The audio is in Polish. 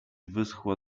wyschła